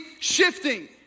shifting